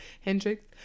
Hendrix